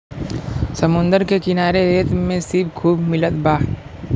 समुंदर के किनारे रेत में सीप खूब मिलत बा